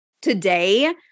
today